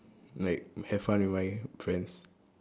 like have fun with my friends